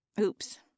Oops